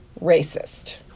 racist